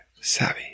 savvy